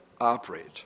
operate